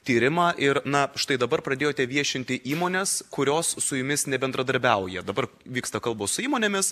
tyrimą ir na štai dabar pradėjote viešinti įmones kurios su jumis nebendradarbiauja dabar vyksta kalbos su įmonėmis